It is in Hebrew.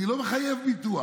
אני לא מחייב ביטוח.